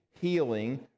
healing